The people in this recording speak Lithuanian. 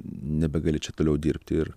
nebegali čia toliau dirbti ir